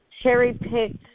cherry-picked